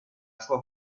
sua